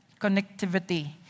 Connectivity